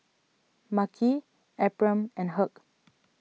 Makhi Ephram and Hugh